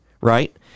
right